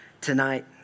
tonight